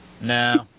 no